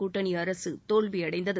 கூட்டணி அரசு தோல்வி அடைந்தது